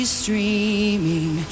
streaming